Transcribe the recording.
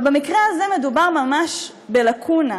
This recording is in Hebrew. אבל במקרה הזה מדובר ממש בלקונה.